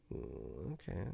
okay